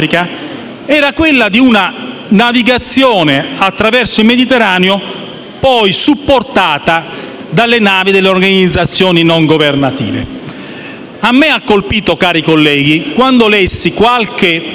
era quella di una navigazione attraverso il Mediterraneo supportata poi dalle navi delle organizzazioni non governative. Mi ha colpito, cari colleghi, qualche